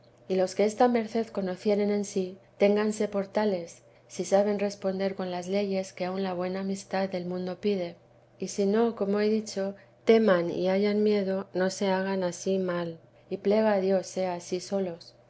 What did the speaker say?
y los que esta merced conocieren en sí ténganse por tales si saben responder con las leyes que aun la buena amistad del mundo pide y si no como he dicho teman y hayan miedo no se hagan a sí mal y plega a dios sea a sí solos